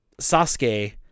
sasuke